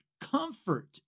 Comfort